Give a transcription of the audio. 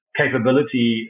capability